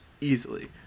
easily